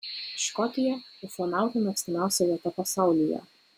škotija ufonautų mėgstamiausia vieta pasaulyje